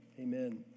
amen